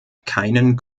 keinen